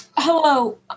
Hello